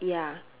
ya